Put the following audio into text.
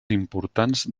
importants